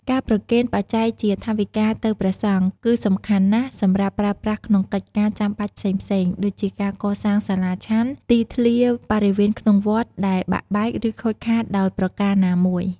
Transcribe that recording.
ការប្រគេនបច្ច័យជាថវិកាទៅព្រះសង្ឃ គឺសំខាន់ណាស់សម្រាប់ប្រើប្រាស់ក្នុងកិច្ចការចាំបាច់ផ្សេងៗ ដូចជាការកសាងសាលាឆាន់ ទីធ្លាបរិវេនក្នុងវត្ត ដែលបាក់បែកឫខូចខាតដោយប្រការណាមួយ។